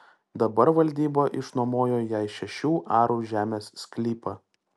dabar valdyba išnuomojo jai šešių arų žemės sklypą